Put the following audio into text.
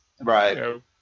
Right